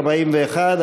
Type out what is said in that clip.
41,